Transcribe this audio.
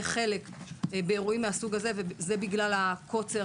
לקחת חלק באירועים מהסוג הזה וזה בגלל הקוצר